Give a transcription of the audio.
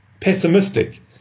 pessimistic